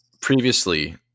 previously